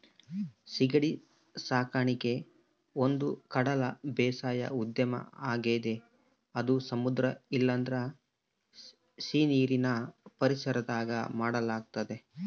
ಸೀಗಡಿ ಸಾಕಣಿಕೆ ಒಂದುಕಡಲ ಬೇಸಾಯ ಉದ್ಯಮ ಆಗೆತೆ ಅದು ಸಮುದ್ರ ಇಲ್ಲಂದ್ರ ಸೀನೀರಿನ್ ಪರಿಸರದಾಗ ಮಾಡಲಾಗ್ತತೆ